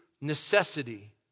necessity